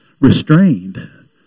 restrained